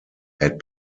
had